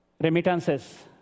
Remittances